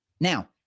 now